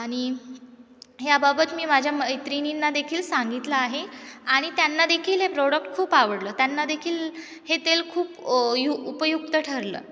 आणि ह्याबाबत मी माझ्या मैत्रिणींना देखील सांगितलं आहे आणि त्यांना देखील हे प्रोडक्ट खूप आवडलं त्यांना देखील हे तेल खूप यु उपयुक्त ठरलं